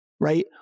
Right